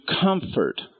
comfort